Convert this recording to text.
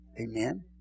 Amen